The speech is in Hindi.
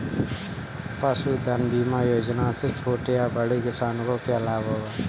पशुधन बीमा योजना से छोटे या बड़े किसानों को क्या लाभ होगा?